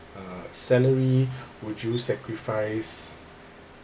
uh salary would you sacrifice